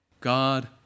God